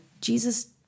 Jesus